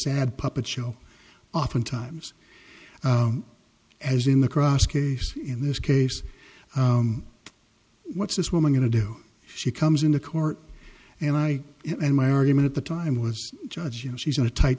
sad puppet show oftentimes as in the cross case in this case what's this woman going to do she comes into court and i and my argument at the time was judge you know she's in a tight